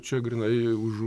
čia grynai už